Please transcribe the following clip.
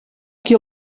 qui